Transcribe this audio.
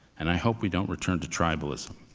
and i hope we don't return to tribalism.